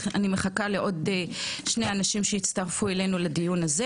אני מחכה לעוד שני אנשים שיצטרפו אלינו לדיון הזה